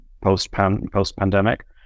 post-pandemic